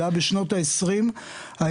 זה היה בשנות ה-20 שלי,